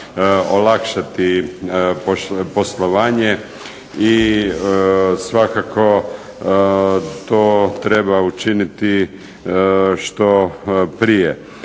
olakšati poslovanje i svakako to treba učiniti što prije.